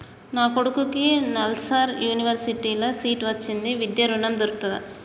నా కొడుకుకి నల్సార్ యూనివర్సిటీ ల సీట్ వచ్చింది విద్య ఋణం దొర్కుతదా?